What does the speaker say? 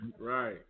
right